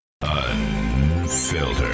Unfiltered